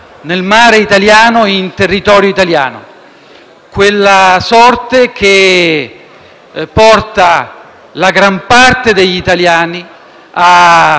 nel mare italiano e in territorio italiano. È una sorte che porta la gran parte degli italiani ad